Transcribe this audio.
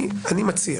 אני מציע